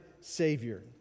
Savior